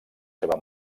seva